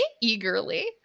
eagerly